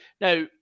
Now